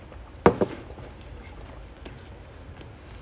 the referee if he sure about it then didn't have to check